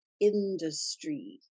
industry